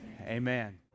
amen